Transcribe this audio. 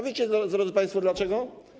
Wiecie, drodzy państwo, dlaczego?